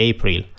April